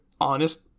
honest